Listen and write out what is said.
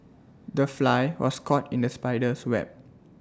the fly was caught in the spider's web